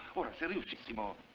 decimo.